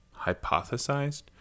hypothesized